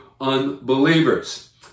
unbelievers